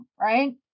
right